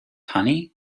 honey